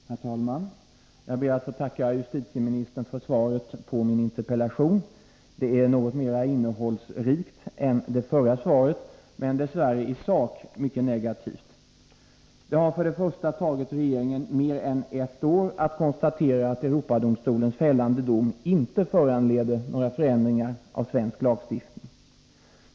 Herr talman! Jag ber att få tacka justitieministern för svaret på min interpellation. Det är något mer innehållsrikt än det förra svaret, men dess värre i sak mycket negativt. För det första har det tagit regeringen mer än ett år att konstatera att Europadomstolens fällande dom inte föranleder några förändringar i svensk lagstiftning.